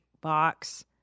box